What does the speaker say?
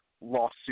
lawsuit